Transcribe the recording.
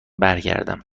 برگردم